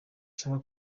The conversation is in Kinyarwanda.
nshaka